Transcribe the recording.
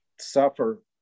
suffer